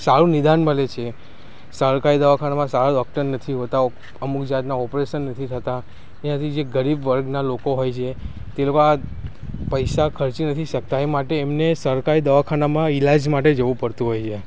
સારુંં નિદાન મળે છે સરકારી દવાખાનામાં સારા ડોક્ટર નથી હોતા અમુક જાતનાં ઓપરેસન નથી થતાં ત્યાંથી જે ગરીબ વર્ગનાં લોકો હોય છે તે લોકો આ પૈસા ખર્ચી નથી શકતા એ માટે એમને સરકારી દવાખાનામાં ઈલાજ માટે જવું પડતું હોય છે